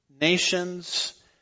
nations